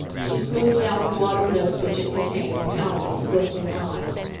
she smoothed out the wad of notes which it contained and counted them with glistening eyes.